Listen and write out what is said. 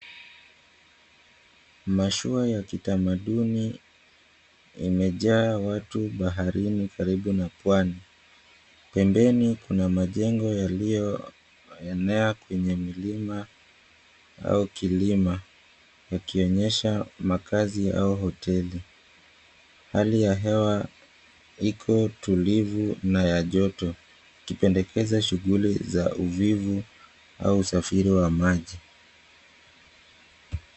Mashua ya kitamaduni imejaa watu baharini karibu na pwani. Pembeni kuna majengo yaliyoenea kwenye milima au kilima yakionyesha makazi au hoteli. Hali ya hewa iko tulivu na ya joto, ikipendekeza shughuli za uvivu au usafiri wa maji.